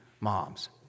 moms